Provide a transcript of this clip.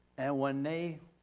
and when they,